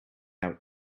out